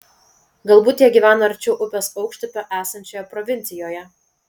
galbūt jie gyveno arčiau upės aukštupio esančioje provincijoje